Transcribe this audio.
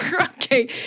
Okay